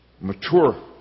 mature